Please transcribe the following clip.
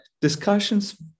discussions